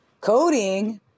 Coding